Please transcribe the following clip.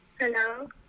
Hello